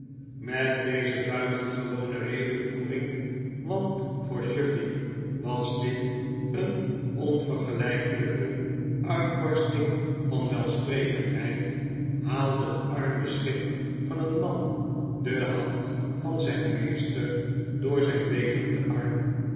met deze buitengewone redevoering want voor chuffey was dit een onvergelijkelijke uitbarsting van welsprekendheid haalde de arme schim van een man de hand van zijn meester door zijn bevenden arm